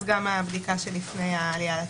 גם הבדיקה שלפני העלייה.